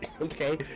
Okay